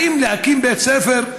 האם להקים בית ספר,